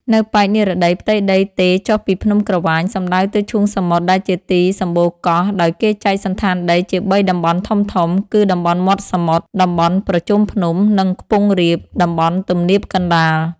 នៅប៉ែកនិរតី ផ្ទៃដីទេរចុះពីភ្នំក្រវាញ សំដៅទៅឈូងសមុទ្រដែលជាទី សំបូរកោះ ដោយគេចែកសណ្ឋានដីជាបីតំបន់ធំៗ គឺ តំបន់មាត់សមុទ្រ តំបន់ប្រជុំភ្នំ និង ខ្ពង់រាប តំបន់ទំនាបកណ្តាល។